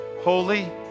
holy